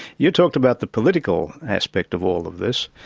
you talked about the political aspect of all of this.